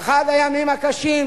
זה אחד הימים הקשים.